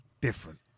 different